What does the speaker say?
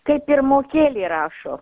kaip pirmokėlė rašo